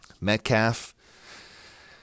Metcalf